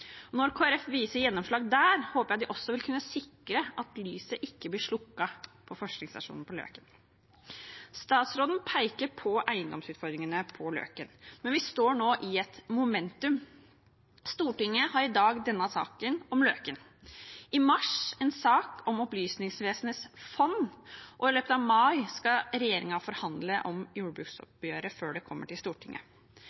Når Kristelig Folkeparti viser gjennomslag der, håper jeg de også vil kunne sikre at lyset ikke blir slukket på forskningsstasjonen på Løken. Statsråden peker på eiendomsutfordringene på Løken, men vi har nå et momentum: Stortinget har i dag denne saken om Løken, i mars en sak om Opplysningsvesenets fond og i løpet av mai skal regjeringen forhandle om